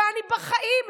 ובחיים,